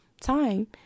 Time